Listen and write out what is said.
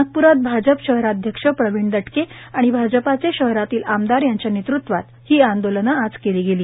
नागपूरात भाजप शहराध्यक्ष प्रवीण दटके आणि भाजपचे शहरातील आमदार यांच्या नेतृत्वात अशी आंदोलन आज केली गेली